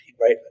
right